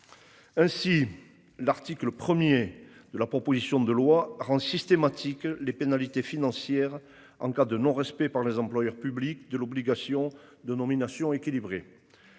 Ainsi l'article 1er de la proposition de loi rend. Les pénalités financières en cas de non respect par les employeurs publics de l'obligation de nominations équilibrées.